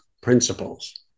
principles